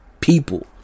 people